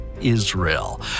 Israel